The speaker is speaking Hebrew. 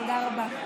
תודה רבה.